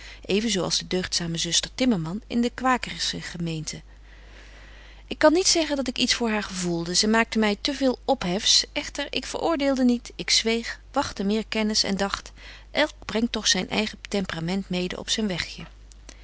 als de deugdzame zuster timmerman in de kwakersche gemeinte ik kan niet zeggen dat ik iets voor haar gevoelde zy maakte my te veel ophefs echter ik veröordeelde niet ik zweeg wagtte meer kennis en dagt elk brengt toch zyn eigen temperament mede op zyn wegje